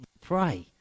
pray